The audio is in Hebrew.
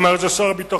אמר את זה שר הביטחון,